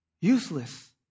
useless